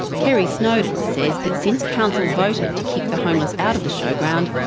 kerri snowdon says that since council voted to kick the homeless out of the showground,